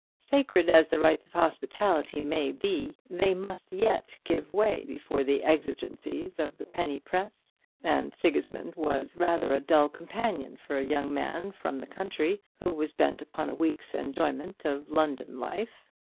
sacred as the rites of hospitality may be, they must yet give way before the exigencies of the penny press and sigismund was rather a dull companion for a young man from the country who was bent upon a week's enjoyment of london life.